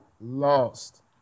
lost